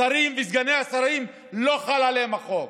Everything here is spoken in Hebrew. על השרים ועל סגני השרים לא חל החוק.